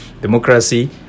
democracy